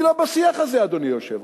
אני לא בשיח הזה, אדוני היושב-ראש.